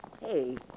Hey